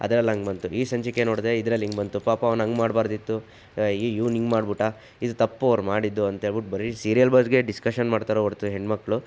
ಅದ್ರಲ್ಲಿ ಹಾಗೆ ಬಂತು ಈ ಸಂಚಿಕೆ ನೋಡಿದೆ ಇದ್ರಲ್ಲಿ ಹೀಗೆ ಬಂತು ಪಾಪ ಅವನು ಹಾಗೆ ಮಾಡ್ಬಾರ್ದಿತ್ತು ಈಗ ಇವನು ಹೀಗೆ ಮಾಡ್ಬಿಟ್ಟ ಇದು ತಪ್ಪು ಅವರು ಮಾಡಿದ್ದು ಅಂಥೇಳ್ಬಿಟ್ಟು ಬರೀ ಸೀರಿಯಲ್ ಬಗ್ಗೆ ಡಿಸ್ಕಶನ್ ಮಾಡ್ತಾರೆ ಹೊರತು ಹೆಣ್ಮಕ್ಳು